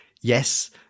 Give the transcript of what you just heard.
yes